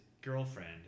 girlfriend